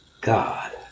God